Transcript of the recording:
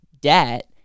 debt